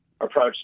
approach